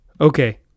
Okay